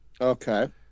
Okay